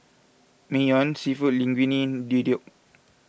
Naengmyeon Seafood Linguine Deodeok